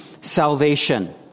salvation